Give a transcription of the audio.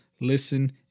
listen